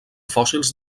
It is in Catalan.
fòssils